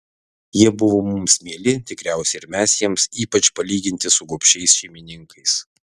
jie buvo mums mieli tikriausiai ir mes jiems ypač palyginti su gobšiais šeimininkais